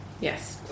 Yes